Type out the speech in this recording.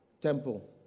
temple